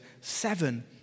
seven